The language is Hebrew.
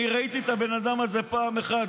אני ראיתי את הבן אדם הזה פעם אחת.